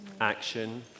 action